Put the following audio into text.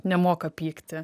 nemoka pykti